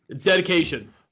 Dedication